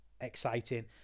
exciting